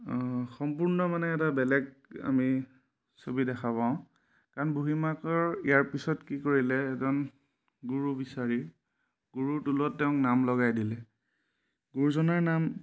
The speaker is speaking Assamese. সম্পূৰ্ণ মানে এটা বেলেগ আমি ছবি দেখা পাওঁ কাৰণ বুঢ়ীমাকৰ ইয়াৰ পিছত কি কৰিলে এজন গুৰু বিচাৰি গুৰুৰ টোলত তেওঁক নাম লগাই দিলে গুৰুজনাৰ নাম